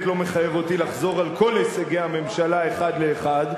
לא מחייב אותי לחזור על כל הישגי הממשלה אחד לאחד.